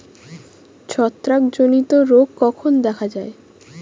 ছত্রাক জনিত রোগ কখন দেখা য়ায়?